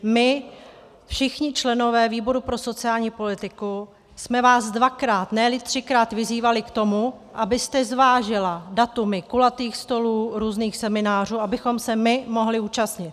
My všichni členové výboru pro sociální politiku jsme vás dvakrát, neli třikrát vyzývali k tomu, abyste zvážila data kulatých stolů, různých seminářů, abychom se my mohli účastnit.